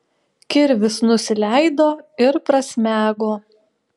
kirvis nusileido ir prasmego